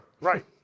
Right